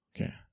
Okay